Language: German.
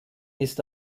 ist